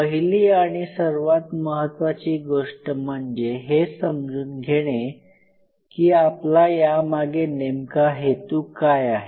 पहिली आणि सर्वात महत्त्वाची गोष्ट म्हणजे हे समजून घेणे की आपला यामागे नेमका हेतू काय आहे